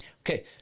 Okay